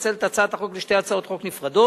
לפצל את הצעת החוק לשתי הצעות חוק נפרדות,